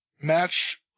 Match